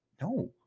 no